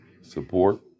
support